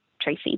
Tracy